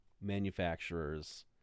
manufacturers